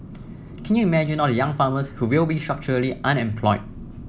can you imagine all the young farmers who will be structurally unemployed